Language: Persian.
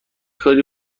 کاری